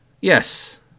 yes